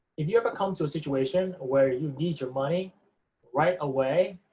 if you ever come to a situation where you need your money right away,